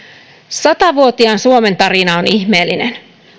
sata vuotiaan suomen tarina on ihmeellinen